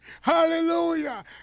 Hallelujah